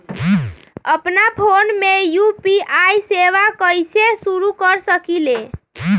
अपना फ़ोन मे यू.पी.आई सेवा कईसे शुरू कर सकीले?